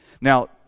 Now